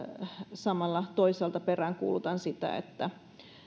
samalla toisaalta peräänkuulutan sitä että